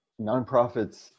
nonprofits